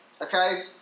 okay